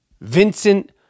vincent